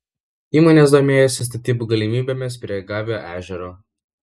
įmonės domėjosi statybų galimybėmis prie gavio ežero